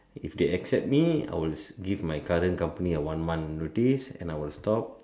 if they accept me I will give my current company a one month notice and I will stop